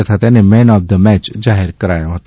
તથા તેને man of the match જાહેર કરાયો હતો